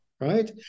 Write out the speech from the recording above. right